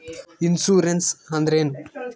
Insurance ಅಂದ್ರೇನು?